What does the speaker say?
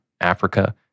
Africa